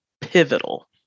pivotal